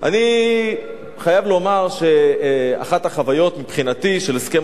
אני חייב לומר שאחת החוויות של הסכם